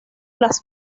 las